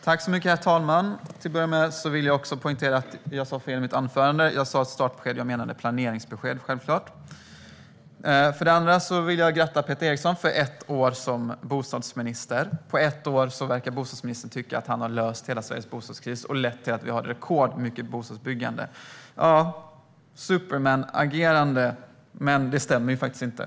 Herr talman! Till att börja vill jag poängtera att jag sa fel i mitt anförande. Jag sa startbesked men menade självklart planeringsbesked. Sedan vill jag gratta Peter Eriksson till ett år som bostadsminister. På ett år verkar bostadsministern tycka att han har löst hela Sveriges bostadskris och att detta har lett till att vi har rekordmycket bostadsbyggande. Det låter som ett superman-agerande, men det stämmer faktiskt inte.